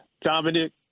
Dominic